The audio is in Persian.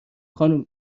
خانم